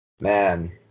man